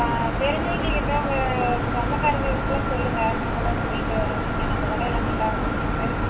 ஆ தெரிஞ்சவங்க கிட்டே உங்கள் சொந்தக்காரங்கள் கிட்டேலாம் சொல்லுங்க இன்னும் கூட ஸ்வீட்டு இங்கே நம்ம கடையில் நல்லா இருக்குதுண்ட்டு